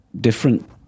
different